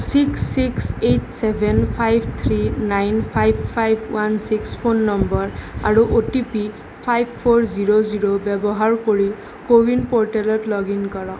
six six eight seven five three nine five five one six phone number আৰু O T P five four zero zero ব্যৱহাৰ কৰি CoWIN প'ৰ্টেলত log in কৰক